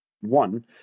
one